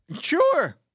Sure